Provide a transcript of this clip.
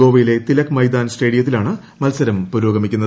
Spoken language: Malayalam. ഗോവയിലെ തിലക് മൈതാൻ സ്റ്റേഡിയത്തിലാണ് മത്സരം പുരോഗമിക്കുന്നത്